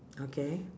okay